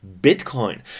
Bitcoin